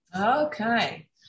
okay